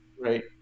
right